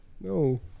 no